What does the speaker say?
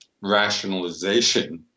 rationalization